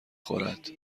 خورد